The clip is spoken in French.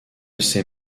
ces